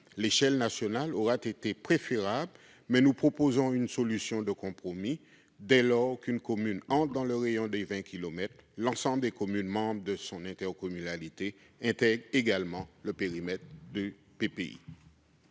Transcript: L'échelle nationale aurait été préférable, mais nous proposons une solution de compromis : dès lors qu'une commune entre dans le rayon des 20 kilomètres, l'ensemble des communes membres de son intercommunalité intègre également le périmètre du PPI.